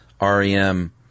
REM